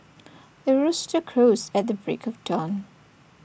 the rooster crows at the break of dawn